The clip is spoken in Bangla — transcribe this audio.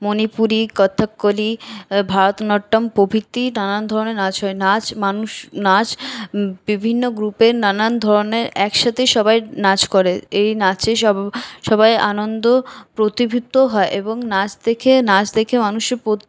মণিপুরি কত্থককলি ভারত নাট্যম প্রভৃতি নানানধরণের নাচ হয় নাচ মানুষ নাচ বিভিন্ন গ্রুপের নানান ধরণের একসাথে সবাই নাচ করে এই নাচে সবাই আনন্দ প্রতিভূত হয় এবং নাচ দেখে নাচ দেখে মানুষের